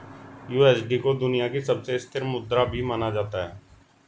USD को दुनिया की सबसे स्थिर मुद्रा भी माना जाता है